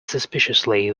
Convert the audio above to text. suspiciously